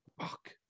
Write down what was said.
Fuck